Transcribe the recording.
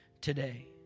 today